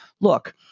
look